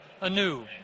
anew